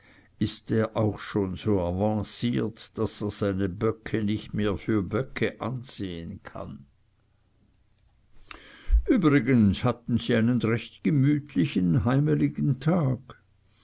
ist der auch schon so avanciert daß er seine böcke nicht mehr für böcke ansehen kann übrigens hatten sie einen recht gemütlichen heimeligen tag